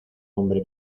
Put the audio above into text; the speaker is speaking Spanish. hombre